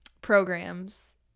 programs